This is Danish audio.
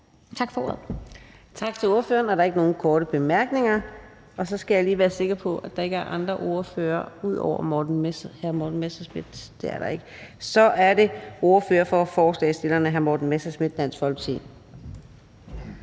Tak for ordet.